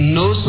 no